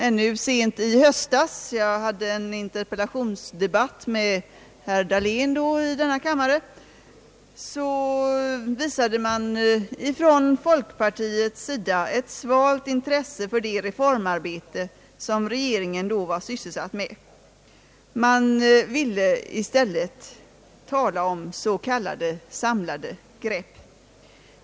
ännu sent i höstas — jag hade då en interpellationsdebatt här i första kammaren med herr Dahlén — visade folkpartiet ett svalt intresse för det reformarbete som regeringen då var sysselsatt med. Man ville i stället tala om s.k. »samlade grepp».